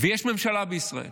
ויש ממשלה בישראל.